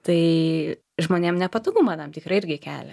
tai žmonėm nepatogumą tam tikrą irgi kelia